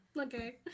okay